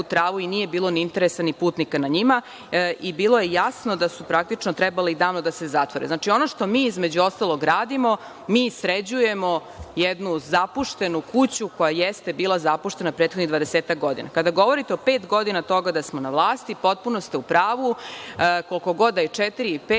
travu i nije bilo ni interesa ni putnika na njima. Bilo je jasno da su praktično trebale davno da se zatvore. Znači, ono što mi, između ostalog, radimo, mi sređujemo jednu zapuštenu kuću koja jeste bila zapuštena prethodnih 20-ak godina. Kada govorite o pet godina toga da smo na vlasti, potpuno ste u pravu, koliko god da je, četiri, pet